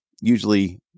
usually